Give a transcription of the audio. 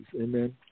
Amen